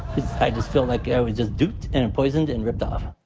i just felt like i was just duped, and and poisoned, and ripped off.